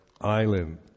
island